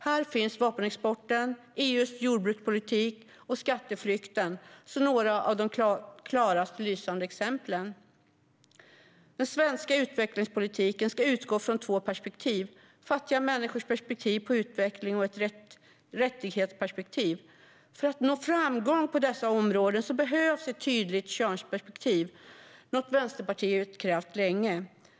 Här finns vapenexporten, EU:s jordbrukspolitik och skatteflykten som några av de klarast lysande exemplen. Den svenska utvecklingspolitiken ska utgå från två perspektiv, nämligen fattiga människors perspektiv på utveckling och ett rättighetsperspektiv. För att nå framgång på dessa områden behövs ett tydligt könsperspektiv, något Vänsterpartiet har krävt länge.